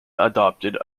adopted